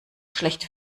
schlecht